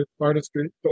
artistry